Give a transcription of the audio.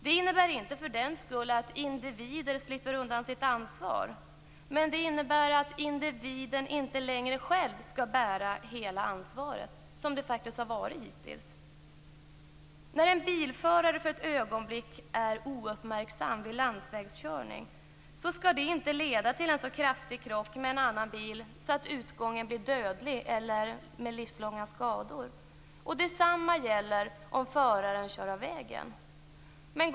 Det innebär inte att individen slipper undan sitt ansvar, men det innebär att individen inte längre själv skall bära hela ansvaret, som det faktiskt har varit hittills. När en bilförare för ett ögonblick är ouppmärksam vid landsvägskörning skall det inte leda till en så kraftig krock med en annan bil att utgången blir dödlig eller ger livslånga skador. Detsamma gäller om föraren kör av vägen.